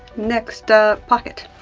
next ah pocket.